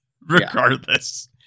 Regardless